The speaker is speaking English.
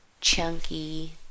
chunky